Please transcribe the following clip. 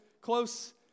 close